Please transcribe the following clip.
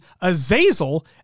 Azazel